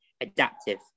adaptive